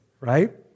right